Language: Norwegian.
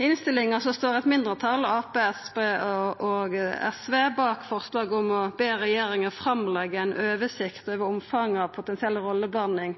I innstillinga står eit mindretal, Arbeidarpartiet, Senterpartiet og SV, bak forslag om å be regjeringa leggja fram ei oversikt over omfanget av potensiell rolleblanding,